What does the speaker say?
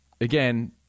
again